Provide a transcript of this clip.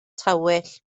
tywyll